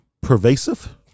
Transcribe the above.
Pervasive